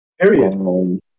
Period